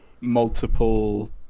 multiple